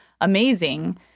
amazing